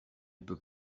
peut